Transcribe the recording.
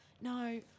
no